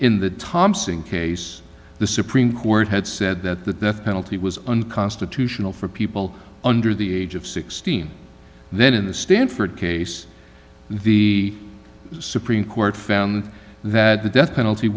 in the thompson case the supreme court had said that the death penalty was unconstitutional for people under the age of sixteen and then in the stanford case the supreme court found that the death penalty